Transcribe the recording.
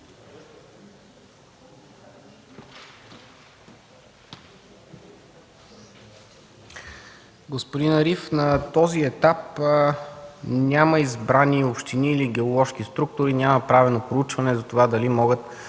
Ариф, на този етап няма избрани общини и на геоложки структури, няма правено проучване за това дали могат